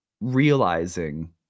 realizing